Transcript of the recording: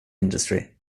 industry